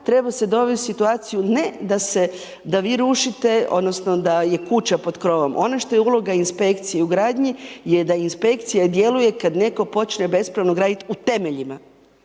treba se dovesti u situaciju ne da se, da vi rušite, odnosno da je kuća pod krovom. Ono što je uloga inspekcije i u gradnji je da inspekcija djeluje kad netko počne besplatno graditi u temeljima,